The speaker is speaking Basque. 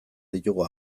ditugu